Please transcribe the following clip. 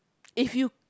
if you